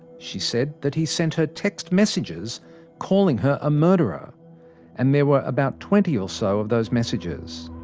she said that he sent her text messages calling her a murderer and there were about twenty or so of those messages.